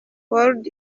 ward